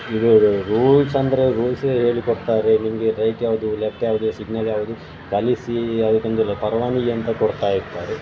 ಇರುವುದು ರೂಲ್ಸ್ ಅಂದರೆ ರೂಲ್ಸೇ ಹೇಳಿ ಕೊಡ್ತಾರೆ ನಿಮಗೆ ರೈಟ್ ಯಾವುದು ಲೆಫ್ಟ್ ಯಾವುದು ಸಿಗ್ನಲ್ ಯಾವುದು ಕಲಿಸಿ ಅದಕ್ಕೊಂದು ಪರವಾನಗಿ ಅಂತ ಕೊಡ್ತಾಯಿರ್ತಾರೆ